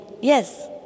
yes